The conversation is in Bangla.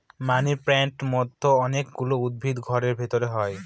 মানি প্লান্টের মতো অনেক গুলো উদ্ভিদ ঘরের ভেতরে হয়